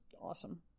awesome